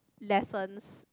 lessons